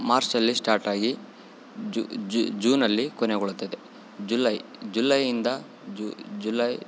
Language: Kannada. ಮಾರ್ಚಲ್ಲಿ ಸ್ಟಾರ್ಟಾಗಿ ಜೂನಲ್ಲಿ ಕೊನೆಗೊಳ್ಳುತ್ತದೆ ಜುಲೈ ಜುಲೈಯಿಂದ ಜುಲೈ